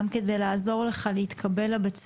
גם כדי לעזור לך להתקבל לבית ספר,